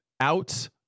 Out